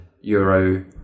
euro